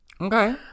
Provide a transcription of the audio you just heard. Okay